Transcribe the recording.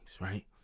right